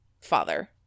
father